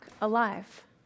alive